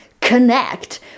connect